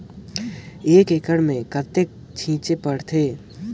एक एकड़ मे कतेक छीचे पड़थे?